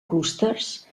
clústers